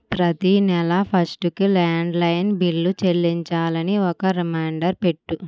ప్రతీ నెల ఫస్టుకి ల్యాండ్లైన్ బిల్లు చెల్లించాలని ఒక రిమైండర్ పెట్టు